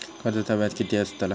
कर्जाचा व्याज किती बसतला?